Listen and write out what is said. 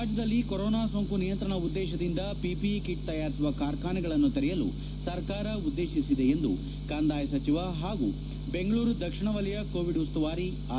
ರಾಜ್ಯದಲ್ಲಿ ಕೊರೋನಾ ಸೋಂಕು ನಿಯಂತ್ರಣ ಉದ್ದೇಶದಿಂದ ಪಿಪಿಇ ಕಿಟ್ ತಯಾರಿಸುವ ಕಾರ್ಖಾನೆಗಳನ್ನು ತೆರೆಯಲು ಸರ್ಕಾರ ಉದ್ದೇತಿಸಿದೆ ಎಂದು ಕಂದಾಯ ಸಚಿವ ಹಾಗೂ ಬೆಂಗಳೂರು ದಕ್ಷಿಣ ವಲಯ ಕೋವಿಡ್ ಉಸ್ತುವಾರಿ ಆರ್